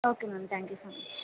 okay ma'am thank you so much